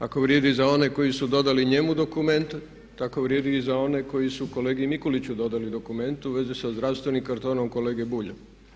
Ako vrijedi i za one koji su dodali njemu dokumente, tako vrijedi i za one koji su kolegi Mikuliću dodali dokumente u vezi sa zdravstvenim kartonom kolege Bulja.